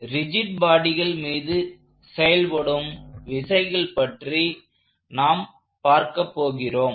rigid பாடிகள் மீது செயல்படும் விசைகள் பற்றி நாம் பார்க்கப் போகிறோம்